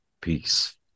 peace